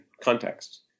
contexts